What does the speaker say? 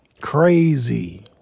Crazy